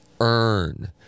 earn